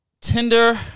Tinder